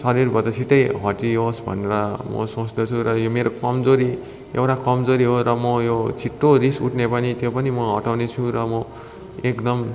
शरीरबट छिट्टै हटियोस् भनेर म सोच्दछु र यो मेरो कमजोरी एउरा कमजोरी हो र म यो छिट्टो रिस उठ्ने पनि त्यो पनि म हटाउनेछु र म एकदम